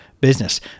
business